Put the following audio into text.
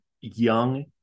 young